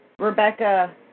Rebecca